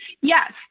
Yes